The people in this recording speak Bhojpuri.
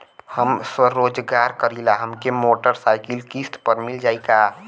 हम स्वरोजगार करीला हमके मोटर साईकिल किस्त पर मिल जाई का?